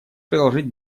приложить